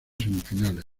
semifinales